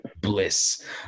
bliss